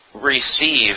receive